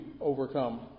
overcome